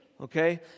okay